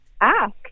ask